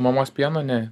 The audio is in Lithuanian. mamos pieno ne